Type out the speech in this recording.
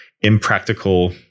impractical